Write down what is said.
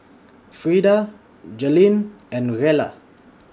Frida Jalynn and Rella